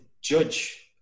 judge